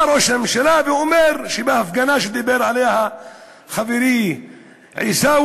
בא ראש הממשלה ואומר שבהפגנה שדיבר עליה חברי עיסאווי,